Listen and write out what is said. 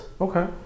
Okay